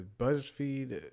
buzzfeed